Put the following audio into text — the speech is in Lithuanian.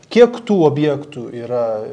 kiek tų objektų yra